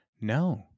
No